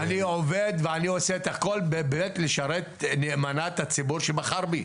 אני עובד ועושה את הכל באמת לשרת נאמנה את הציבור שבחר בי.